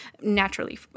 naturally